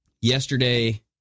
Yesterday